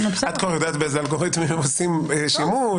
את כבר יודעת באיזה אלגוריתמים עושים שימוש.